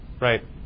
Right